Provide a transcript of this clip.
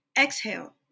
Exhale